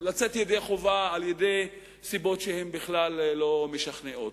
לצאת ידי חובה על-ידי סיבות שהן לא משכנעות.